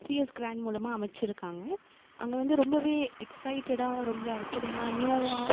CS கிரான் மூலமாக அமைச்சிருக்காங்க அங்கே வந்து ரொம்பவே எக்சைட்டடாக ரொம்ப அற்புதமாக நியூவாக